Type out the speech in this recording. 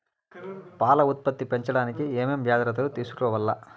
పాల ఉత్పత్తి పెంచడానికి ఏమేం జాగ్రత్తలు తీసుకోవల్ల?